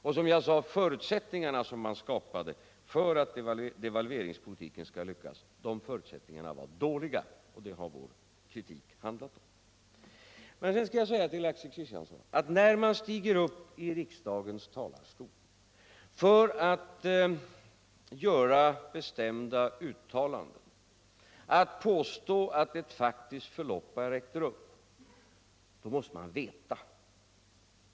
Jag sade att förutsättningarna som man skapade för att devalveringen skall lyckas var dåliga, och det har vår kritik handlat om. Men sedan vill jag säga till Axel Kristiansson, att när man stiger upp i riksdagens talarstol för att göra bestämda uttalanden och påstå att ett faktiskt förlopp har ägt rum, så måste man veta.